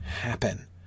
happen